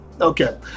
okay